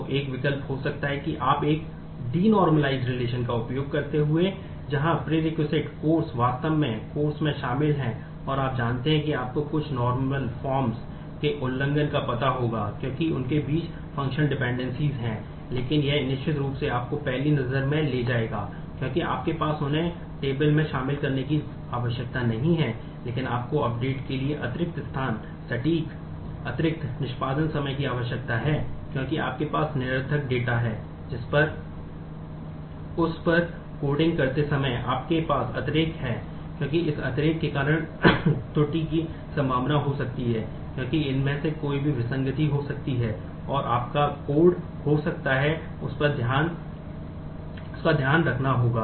तो एक विकल्प हो सकता है कि आप एक डेनोर्मालिज़ेड रिलेशन हो सकता है अब उस का ध्यान रखना होगा